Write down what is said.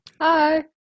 Hi